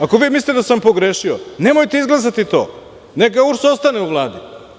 Ako vi mislite da sam pogrešio nemojte izglasati to, neka URS ostane u Vladi.